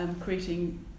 creating